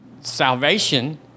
salvation